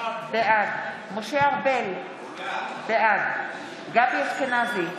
בעד משה ארבל, בעד גבי אשכנזי,